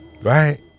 Right